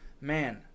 man